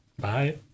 Bye